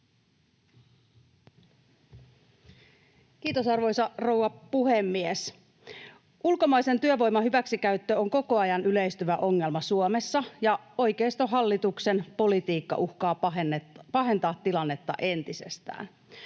Kiitos, arvoisa rouva puhemies! Ulkomaisen työvoiman hyväksikäyttö on koko ajan yleistyvä ongelma Suomessa, ja oikeistohallituksen politiikka uhkaa pahentaa tilannetta entisestään.